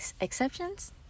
exceptions